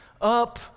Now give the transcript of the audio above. up